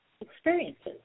experiences